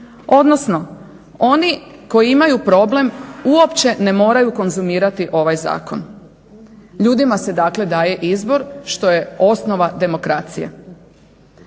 odnosno oni koji imaju problem uopće ne moraju konzumirati ovaj zakon. Ljudima se dakle daje izbor što je osnova demokracije.